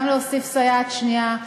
גם להוסיף סייעת שנייה.